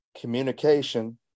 communication